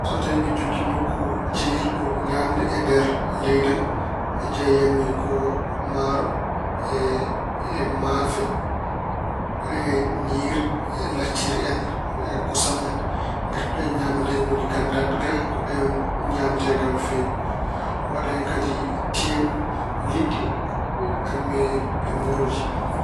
So tawi mbeɗa jogii nokku jeeyirɗo ñaamde e nder leydi am, njeeyan mi ko maaro, e- e maafe, mi waɗa ñiiri, lacciri en, e kosam. Ngati ko ɗeen ñaamalleeji ngoni ganndaaɗe ga, ko ɗeen ñaamatee ga no feewi. Mi waɗa hen kadi tewu, liɗɗi, kañum e mburuuji.